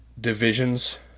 divisions